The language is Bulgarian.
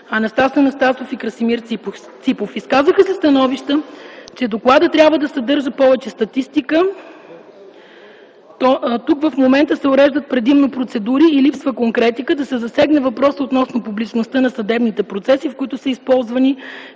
Анастас Анастасов и Красимир Ципов. Изказаха се становища, че доклада трябва да съдържа повече статистика, тъй като в момента се уреждат предимно процедури и липсва конкретика, да се засегне въпроса относно публичността на съдебните процеси, в които са използвани